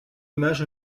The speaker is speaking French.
image